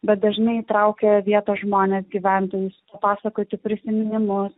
bet dažnai įtraukia vietos žmones gyventojus pasakoti prisiminimus